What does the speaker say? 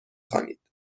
خوانید